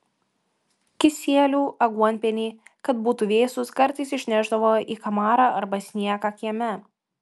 kisielių aguonpienį kad būtų vėsūs kartais išnešdavo į kamarą arba į sniegą kieme